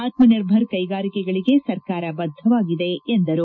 ಆತ್ಮನಿರ್ಭರ್ ಕೈಗಾರಿಕೆಗಳಿಗೆ ಸರ್ಕಾರ ಬದ್ದವಾಗಿದೆ ಎಂದರು